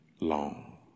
long